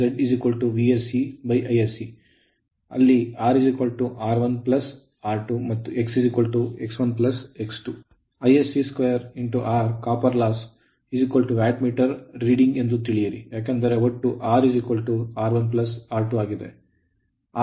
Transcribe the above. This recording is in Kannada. Isc2R copper loss ತಾಮ್ರದ ನಷ್ಟ ವ್ಯಾಟ್ ಮೀಟರ್ ರೀಡಿಂಗ್ ಎಂದು ತಿಳಿಯಿರಿ ಏಕೆಂದರೆ ಒಟ್ಟು R R1R2 ಆಗಿದೆ